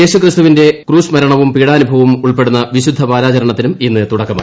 യേശുക്രിസ്തുവിന്റെ ക്രൂശ് മരണവും പീഢാനുഭവവും ഉൾപ്പെടുന്ന വിശുദ്ധ വാരാചരണ ത്തിനും ഇന്ന് തുടക്കമായി